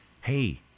Hey